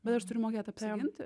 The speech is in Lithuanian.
bet aš turiu mokėt apsiginti